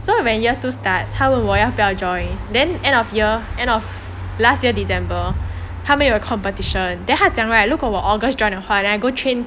so when year two start 他问我要不要 join then end of year last year december 他们有 competition then 他讲 right 如果我 august join 的话 then go train